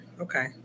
Okay